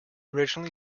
originally